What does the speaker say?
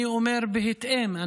אני אומר בהתאמה,